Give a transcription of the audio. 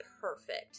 perfect